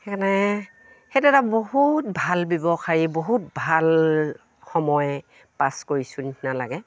সেইকাৰণে সেইটো এটা বহুত ভাল ব্যৱসায়ী বহুত ভাল সময় পাছ কৰিছোঁ নিচিনা লাগে